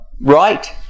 right